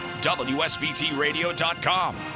WSBTradio.com